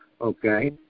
okay